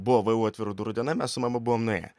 buvo vu atvirų durų diena mes su mama buvom nuėję